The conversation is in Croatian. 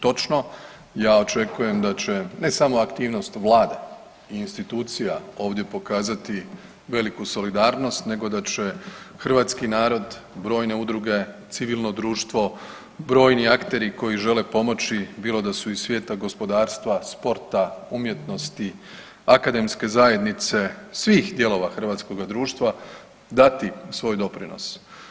Točno, ja očekujem da će, ne samo aktivnost Vlade i institucija ovdje pokazati veliku solidarnost, nego da će hrvatski narod, brojne udruge, civilno društvo, brojni akteri koji žele pomoći, bilo da su iz svijeta gospodarstva, sporta, umjetnosti, akademske zajednice, svih dijelova hrvatskoga društva, dati svoj doprinos.